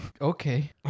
okay